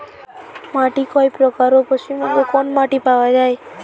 মাটি কয় প্রকার ও পশ্চিমবঙ্গ কোন মাটি পাওয়া য়ায়?